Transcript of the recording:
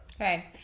Okay